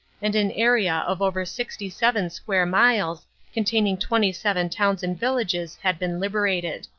and an area of over sixty seven square miles containing twenty seven towns and villages had been liberated.